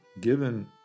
given